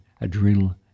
adrenal